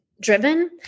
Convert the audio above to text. driven